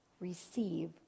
receive